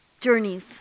journey's